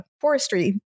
forestry